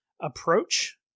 approach